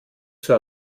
zur